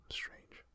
strange